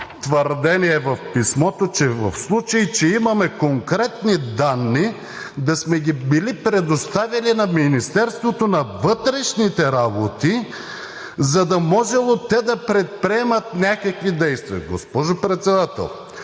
твърдение в писмото, в случай че имаме конкретни данни, да сме ги били предоставили на Министерството на вътрешните работи, за да можело те да предприемат някакви действия. Госпожо Председател,